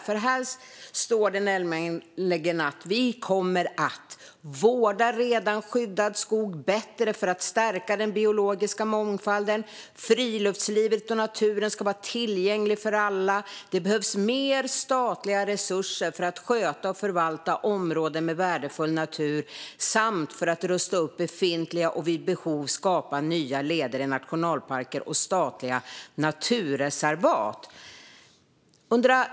Det står: Vi kommer att "vårda redan skyddad skog bättre för att stärka den biologiska mångfalden. - Friluftslivet och naturen ska vara tillgänglig för alla. Det behövs mer statliga resurser för att sköta och förvalta områden med värdefull natur, samt för att rusta upp befintliga och vid behov skapa nya leder i nationalparker och statliga naturreservat".